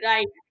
Right